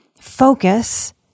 focus